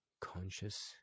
conscious